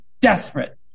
desperate